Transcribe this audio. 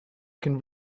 can